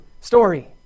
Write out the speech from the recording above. story